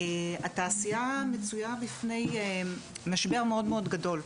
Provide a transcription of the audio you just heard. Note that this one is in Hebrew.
התעשייה מצויה בפני משבר מאוד מאוד גדול,